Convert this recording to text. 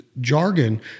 Jargon